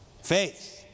Faith